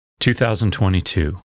2022